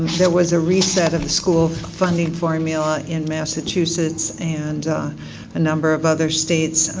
there was a reset at the school funding formula in massachusetts and a number of other states.